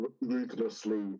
ruthlessly